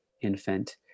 infant